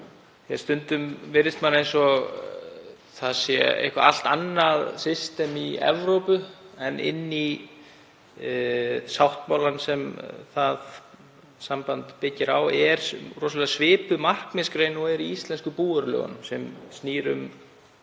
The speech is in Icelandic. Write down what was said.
Stundum virðist manni eins og það sé eitthvað allt annað system í Evrópu en í sáttmálanum sem það samband byggir á er rosalega svipuð markmiðsgrein og er í íslensku búvörulögunum sem snýst um